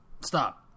stop